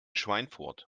schweinfurt